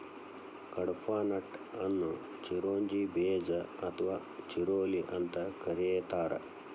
ಕಡ್ಪಾಹ್ನಟ್ ಅನ್ನು ಚಿರೋಂಜಿ ಬೇಜ ಅಥವಾ ಚಿರೋಲಿ ಅಂತ ಕರೇತಾರ